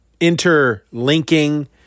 interlinking